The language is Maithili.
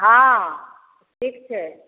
हाँ ठीक छै